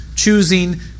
choosing